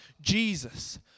Jesus